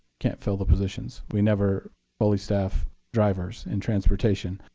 can't fill the positions. we never fully staff drivers and transportation.